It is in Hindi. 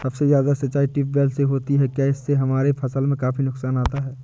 सबसे ज्यादा सिंचाई ट्यूबवेल से होती है क्या इससे हमारे फसल में काफी नुकसान आता है?